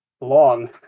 Long